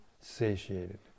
satiated